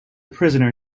prisoner